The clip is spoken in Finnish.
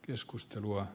keskustelua